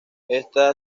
esta